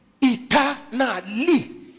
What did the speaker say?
Eternally